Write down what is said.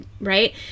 right